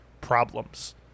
problems